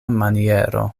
maniero